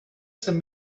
some